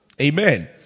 amen